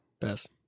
best